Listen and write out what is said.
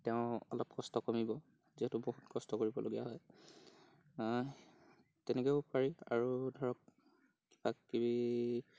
তেওঁৰ অলপ কষ্ট কমিব যিহেতু বহুত কষ্ট কৰিবলগীয়া হয় তেনেকৈও পাৰি আৰু ধৰক কিবা কিবি